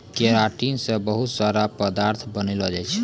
keratin से बहुत सारा पदार्थ बनलो जाय छै